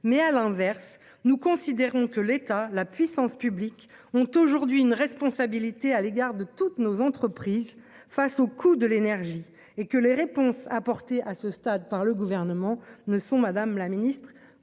mais à l'inverse, nous considérons que l'état la puissance publique ont aujourd'hui une responsabilité à l'égard de toutes nos entreprises face au coût de l'énergie et que les réponses apportées à ce stade par le gouvernement ne sont Madame la Ministre